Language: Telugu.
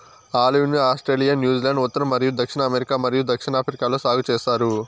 ఆలివ్ ను ఆస్ట్రేలియా, న్యూజిలాండ్, ఉత్తర మరియు దక్షిణ అమెరికా మరియు దక్షిణాఫ్రికాలో సాగు చేస్తారు